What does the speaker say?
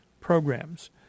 programs